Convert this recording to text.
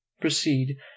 proceed